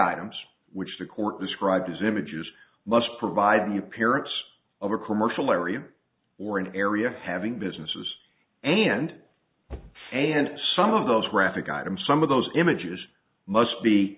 items which the court described is images must provide the appearance of a commercial area or an area having businesses and and some of those graphic items some of those images must be